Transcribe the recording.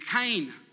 Cain